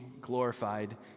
glorified